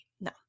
No